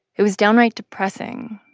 it was downright depressing.